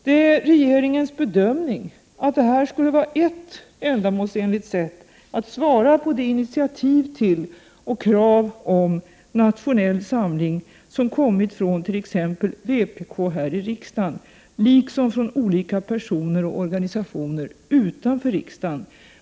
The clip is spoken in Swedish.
Det är regeringens bedömning att detta skulle vara ett ändamålsenligt sätt att svara på de initiativ till och krav på nationell samling som har kommit från t.ex. vpk här i riksdagen liksom från olika personer och organisationer utanför riksdagen.